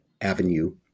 avenue